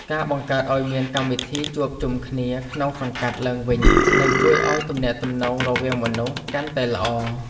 ការបង្កើតឱ្យមានកម្មវិធីជួបជុំគ្នាក្នុងសង្កាត់ឡើងវិញនឹងជួយឱ្យទំនាក់ទំនងរវាងមនុស្សកាន់តែល្អ។